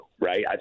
Right